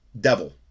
Devil